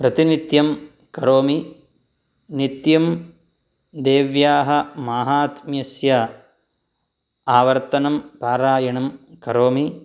प्रतिनित्यं करोमि नित्यं देव्याः माहात्म्यस्य आवर्तनं पारायणं करोमि